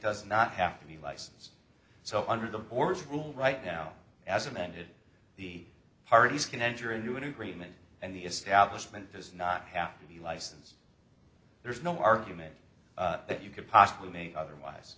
does not have to be licensed so under the board's rule right now as amended the parties can enter into an agreement and the establishment does not have to be licensed there is no argument that you could possibly make otherwise